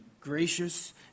gracious